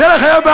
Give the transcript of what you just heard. תהיה לך בעיה.